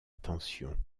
attention